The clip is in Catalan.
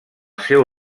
seu